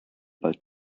bald